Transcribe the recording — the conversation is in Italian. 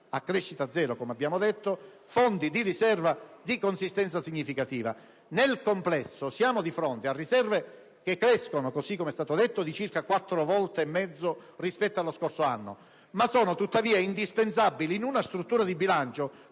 a crescita zero, come abbiamo detto - fondi di riserva di consistenza significativa. Nel complesso, siamo di fronte a riserve che crescono - così come è stato sottolineato - di circa quattro volte e mezzo rispetto allo scorso anno, ma sono tuttavia indispensabili in una struttura di bilancio